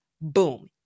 Boom